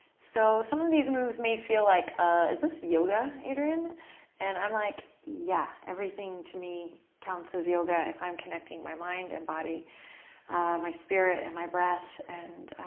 so some of these moves may feel like, ah is this yoga, adriene? and i'm like, yeah, everything to me counts as yoga if i'm connecting my mind and body my spirit and my breath. and